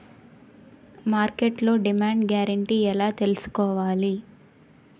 మార్కెట్లో demand guarantee ఎలా తెల్సుకోవాలి?